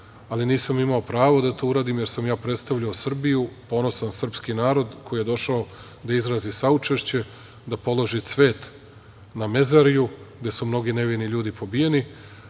ali nisam imao pravo da to uradim, jer sam ja predstavljao Srbiju, ponosan srpski narod koji je došao da izrazi saučešće, da položi cvet na Mezariju gde su mnogi nevini ljudi pobijeni,